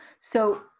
So-